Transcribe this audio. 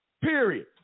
Period